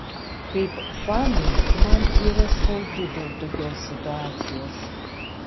kaip fanui man yra skaudu dėl tokios situacijos